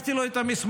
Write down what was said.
והצגתי לו את המסמכים.